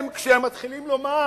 כשהם מתחילים לומר,